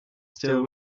still